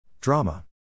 Drama